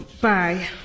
Bye